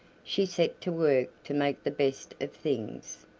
she set to work to make the best of things,